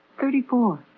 Thirty-four